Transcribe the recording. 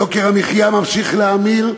יוקר המחיה ממשיך להאמיר,